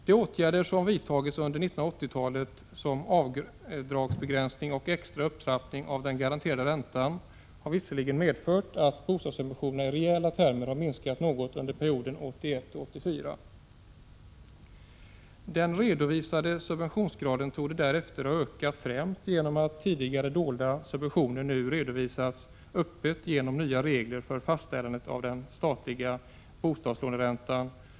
De åtgärder som vidtagits under 1980-talet, såsom avdragsbegränsning och extra upptrappning av den garanterade räntan har visserligen medfört att bostadssubventionerna i reala termer har minskat något under perioden 1981-1984. Den redovisade subventionsgraden torde därefter ha ökat främst genom att tidigare dolda subventioner på grund av regler för fastställande av den statliga bostadslåneräntan nu redovisas öppet.